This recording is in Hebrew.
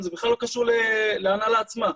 דירקטוריון, זה בכלל לא קשור להנהלה עצמה,